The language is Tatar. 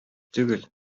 түгел